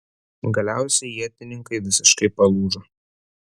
galiausiai ietininkai visiškai palūžo